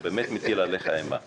הוא באמת מטיל עליך אימה ...